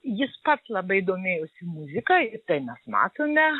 jis pats labai domėjosi muzika ir tai mes matome